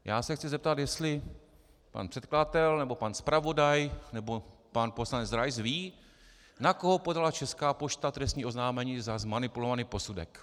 Já se chci zeptat, jestli pan předkladatel nebo pan zpravodaj nebo pan poslanec Rais ví, na koho podala Česká pošta trestní oznámení za zmanipulovaný posudek.